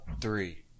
three